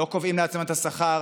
שקובעים לעצמם את השכר,